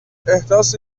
احداث